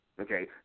okay